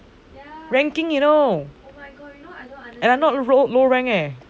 ranking you know and I not no rank eh